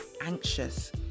anxious